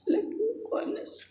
लेकिन कोइ नहि साथ